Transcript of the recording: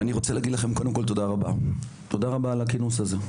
אני רוצה קודם כל לומר לכם תודה רבה על הכינוס הזה.